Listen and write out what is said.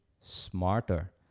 smarter